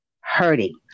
hurting